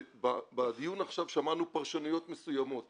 בדיון עכשיו שמענו פרשנויות מסוימות